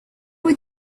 were